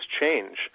change